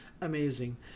amazing